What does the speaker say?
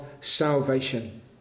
salvation